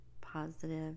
positive